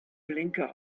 blinker